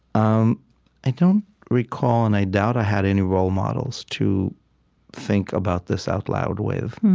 um i don't recall, and i doubt i had, any role models to think about this out loud with,